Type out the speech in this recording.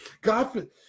God